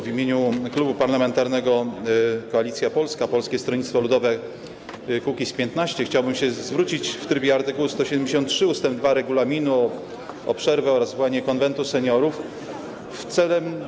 W imieniu Klubu Parlamentarnego Koalicja Polska - Polskie Stronnictwo Ludowe - Kukiz15 chciałbym się zwrócić w trybie art. 173 ust. 2 regulaminu o przerwę oraz zwołanie Konwentu Seniorów w celu.